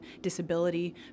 disability